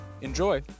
Enjoy